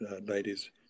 ladies